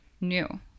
new